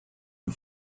and